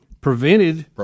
prevented